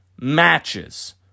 matches